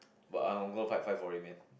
but I I will fight fight for it man